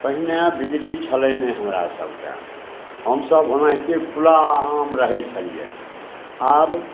पहिने बिजली छलै नहि हमरासभकेँ हमसभ ओनाहिते खुलाआम रहै छलिए आब